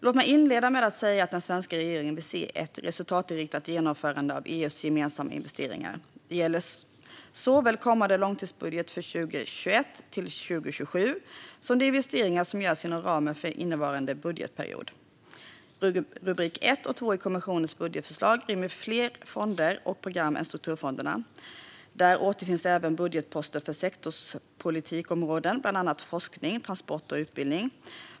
Låt mig inleda med att säga att den svenska regeringen vill se ett resultatinriktat genomförande av EU:s gemensamma investeringar. Det gäller såväl kommande långtidsbudget för 2021-2027 som de investeringar som görs inom ramen för innevarande budgetperiod. Rubrik 1 och 2 i kommissionens budgetförslag rymmer fler fonder och program än strukturfonderna. Där återfinns även budgetposter för sektorspolitikområden, bland annat forskning, transport och utbildning.